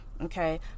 Okay